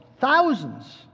thousands